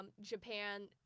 Japan